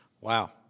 Wow